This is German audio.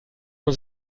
man